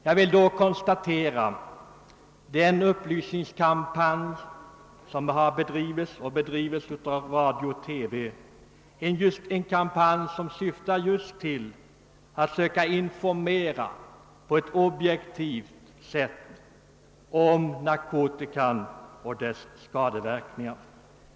Jag vill då konstatera att den upplysningskampanj, som har bedrivits och bedrives av radio och TV är en kampanj, som just syftar till att söka informera om narkotikan och dess skadeverkningar på ett objektivt sätt.